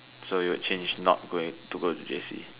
so you'll change not going to go to J_C